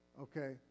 Okay